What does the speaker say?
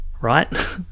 right